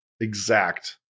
exact